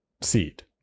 seed